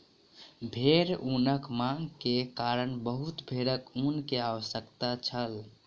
भेड़ ऊनक मांग के कारण बहुत भेड़क ऊन के आवश्यकता छल